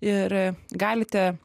ir galite